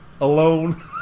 alone